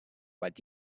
but